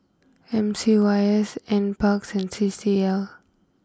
M C Y S N Parks and C C L